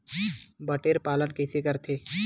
बटेर पालन कइसे करथे?